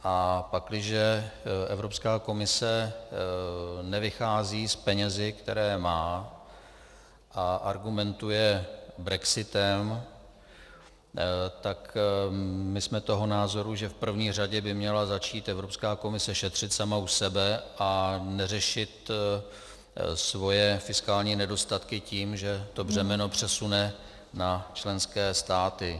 A pakliže Evropská komise nevychází s penězi, které má, a argumentuje brexitem, tak my jsme toho názoru, že v první řadě by měla začít Evropská komise šetřit sama u sebe a neřešit svoje fiskální nedostatky tím, že to břemeno přesune na členské státy.